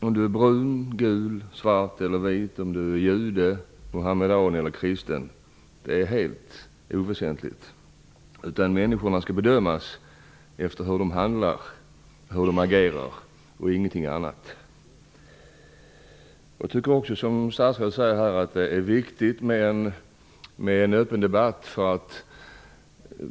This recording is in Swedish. Om man är brun, gul, svart, vit, jude, muhammedan eller kristen är helt oväsentligt. Människorna skall i stället bedömas efter deras handlande och agerande, ingenting annat. Jag tycker också i likhet med statsrådet att det är viktigt att ha en öppen debatt.